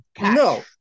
no